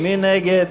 מי נגד?